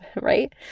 right